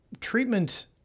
treatment